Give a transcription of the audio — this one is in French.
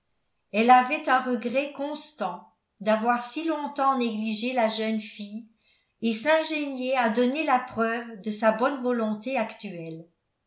elle avait un regret constant d'avoir si longtemps négligé la jeune fille et s'ingéniait à donner la preuve de sa bonne volonté actuelle